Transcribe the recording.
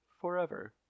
forever